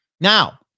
Now